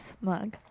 mug